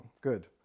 Good